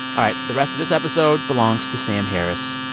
all right, the rest of this episode belongs to sam harris.